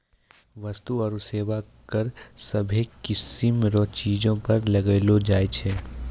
वस्तु आरू सेवा कर सभ्भे किसीम रो चीजो पर लगैलो जाय छै